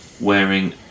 wearing